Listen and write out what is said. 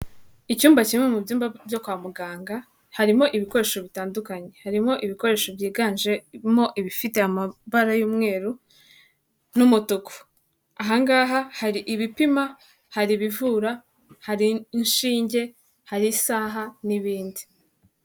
Icyumba kimwe mu byumba byo kwa muganga, harimo ibikoresho bitandukanye, harimo ibikoresho byiganjemo ibifite amabara y'umweru n'umutuku, aha ngaha hari ibipima, hari ibivura, hari inshinge, hari isaha n'ibindi.